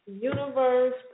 universe